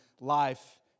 life